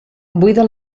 buida